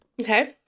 okay